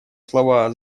слова